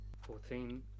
Fourteen